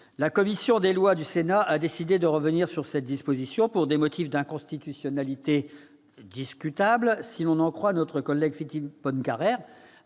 La commission des lois du Sénat a décidé de revenir sur cette disposition, pour des motifs d'inconstitutionnalité discutables, si l'on en croit notre collègue Philippe Bonnecarrère,